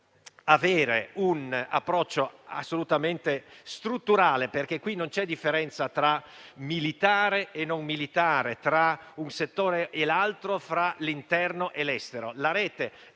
avere un approccio assolutamente strutturale, perché qui non c'è differenza tra militare e non militare, tra un settore e l'altro, fra l'interno e l'estero: